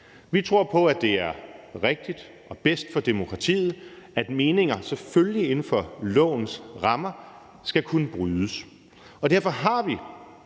Vi tror på, at det er rigtigt og bedst for demokratiet, at meninger, selvfølgelig inden for lovens rammer, skal kunne brydes. Derfor har vi